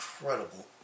incredible